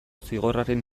zigorraren